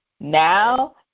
Now